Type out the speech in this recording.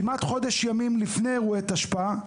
כחודש ימים לפני אירועי תשפ"א,